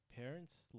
parents